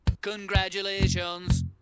Congratulations